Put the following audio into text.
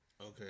Okay